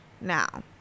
now